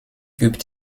übt